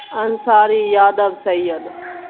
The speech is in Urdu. انصاری یادو سید